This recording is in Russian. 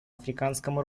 африканском